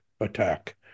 attack